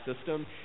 system